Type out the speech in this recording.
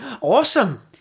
Awesome